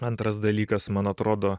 antras dalykas man atrodo